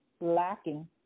lacking